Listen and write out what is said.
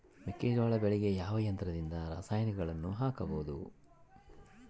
ಮೆಕ್ಕೆಜೋಳ ಬೆಳೆಗೆ ಯಾವ ಯಂತ್ರದಿಂದ ರಾಸಾಯನಿಕಗಳನ್ನು ಹಾಕಬಹುದು?